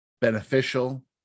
beneficial